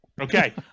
Okay